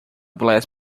bless